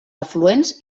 afluents